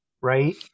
Right